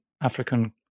African